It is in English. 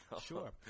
Sure